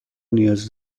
نیاز